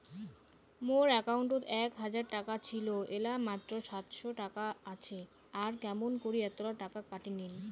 মোর একাউন্টত এক হাজার টাকা ছিল এলা মাত্র সাতশত টাকা আসে আর কেমন করি এতলা টাকা কাটি নিল?